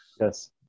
Yes